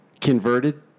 converted